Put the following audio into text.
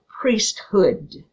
priesthood